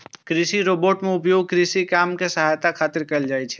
कृषि रोबोट के उपयोग कृषि काम मे सहायता खातिर कैल जाइ छै